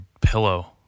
pillow